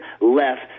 left